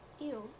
Ew